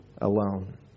alone